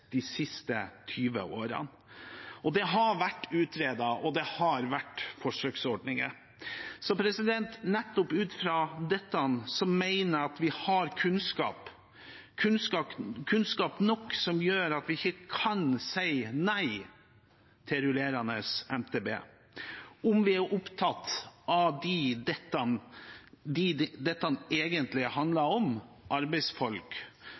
de siste 20 årene. Det har blitt utredet, og det har vært forsøksordninger. Nettopp ut fra dette mener jeg at vi har kunnskap nok som gjør at vi ikke kan si nei til rullerende MTB – om vi er opptatt av dem dette